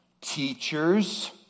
teachers